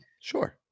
Sure